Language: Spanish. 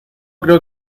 creo